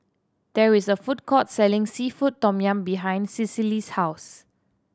there is a food court selling seafood tom yum behind Cecily's house